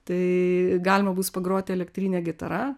tai galima bus pagroti elektrine gitara